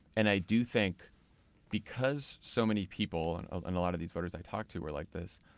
and i do think because so many people, and ah and a lot of these voters i talked to were like this,